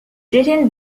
written